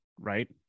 right